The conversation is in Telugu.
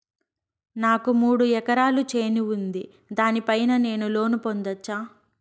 నాకు మూడు ఎకరాలు చేను ఉంది, దాని పైన నేను లోను పొందొచ్చా?